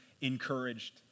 encouraged